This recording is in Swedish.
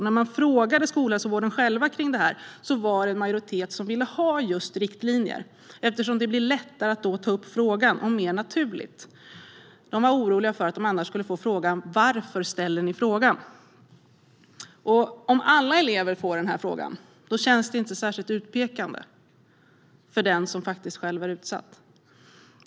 När man frågade skolhälsovården om det här svarade en majoritet att man vill ha just riktlinjer eftersom det blir lättare och mer naturligt att ta upp frågan. Man var orolig för att annars få frågan: Varför ställer ni frågan? Om alla elever får frågan känns det inte särskilt utpekande för den som faktiskt är utsatt.